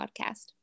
podcast